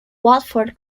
watford